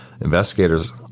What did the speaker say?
Investigators